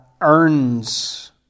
earns